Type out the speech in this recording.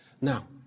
Now